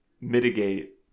mitigate